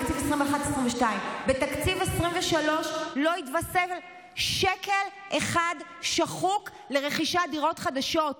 בתקציב 2023 לא התווסף שקל אחד שחוק לרכישת דירות חדשות.